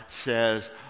says